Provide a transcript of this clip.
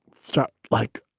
stop like.